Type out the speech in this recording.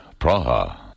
Praha